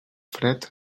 fred